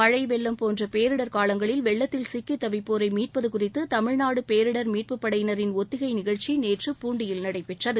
மழை வெள்ளம் போன்ற பேரிடர் காலங்களில் வெள்ளத்தில் சிக்கித் தவிப்போரை மீட்பது குறித்து தமிழ்நாடு பேரிடர் மீட்புப் படையினரின் ஒத்திகை நிகழ்ச்சி நேற்று பூண்டியில் நடைபெற்றது